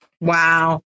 Wow